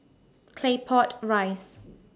Claypot Rice